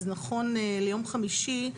אז נכון ליום חמישי,